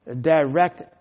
direct